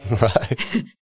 Right